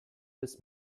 bis